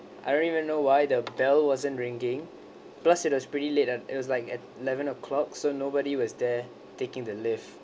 I don't even know why the bell wasn't ringing plus it was pretty late and it was like at eleven o'clock so nobody was there taking the lift